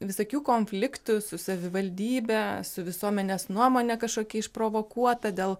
visokių konfliktų su savivaldybe su visuomenės nuomone kažkokia išprovokuota dėl